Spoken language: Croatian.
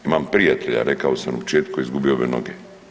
Imam prijatelja, rekao sam na početku izgubio obje noge.